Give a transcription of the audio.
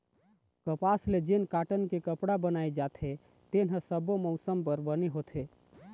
कपसा ले जेन कॉटन के कपड़ा बनाए जाथे तेन ह सब्बो मउसम बर बने होथे